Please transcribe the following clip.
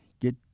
get